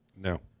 No